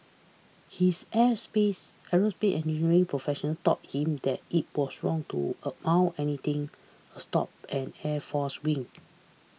his aerospace engineering professor taught him that it was wrong to amount anything a stop an airforce wing